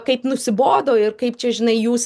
kaip nusibodo ir kaip čia žinai jūs